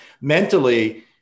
Mentally